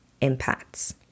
impacts